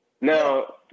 now